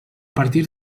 partir